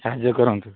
ସାହାଯ୍ୟ କରନ୍ତୁ